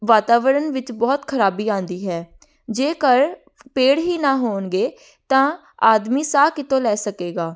ਵਾਤਾਵਰਨ ਵਿੱਚ ਬਹੁਤ ਖ਼ਰਾਬੀ ਆਉਂਦੀ ਹੈ ਜੇਕਰ ਪੇੜ ਹੀ ਨਾ ਹੋਣਗੇ ਤਾਂ ਆਦਮੀ ਸਾਹ ਕਿੱਥੋਂ ਲੈ ਸਕੇਗਾ